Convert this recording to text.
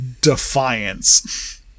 defiance